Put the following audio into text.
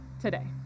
today